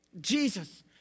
Jesus